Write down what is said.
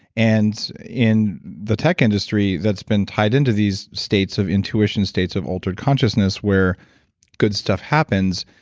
and in the tech industry that's been tied into these states of intuition states of altered consciousness where good stuff happens.